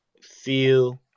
feel